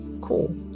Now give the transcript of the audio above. Cool